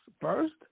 first